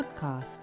Podcast